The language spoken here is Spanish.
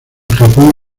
japón